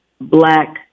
black